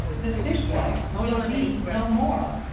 the fishwife will be no more.